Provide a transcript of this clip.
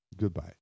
Goodbye